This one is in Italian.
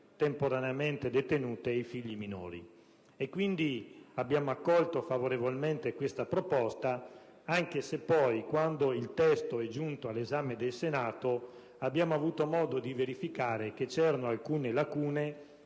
temporaneamente detenute ed i figli minori. Quindi abbiamo accolto favorevolmente questa proposta, anche se, quando il testo è giunto all'esame del Senato, abbiamo avuto modo di verificare che c'erano alcune lacune,